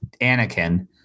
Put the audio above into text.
Anakin